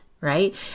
Right